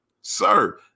sir